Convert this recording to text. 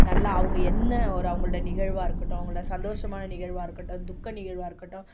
நல்லா அவங்க என்ன அவங்களோட ஒரு நிகழ்வாக இருக்கட்டும் அவங்களோட சந்தோஷமான நிகழ்வாக இருக்கட்டும் துக்க நிகழ்வாக இருக்கட்டும்